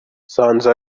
nsanze